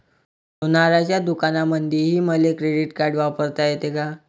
सोनाराच्या दुकानामंधीही मले क्रेडिट कार्ड वापरता येते का?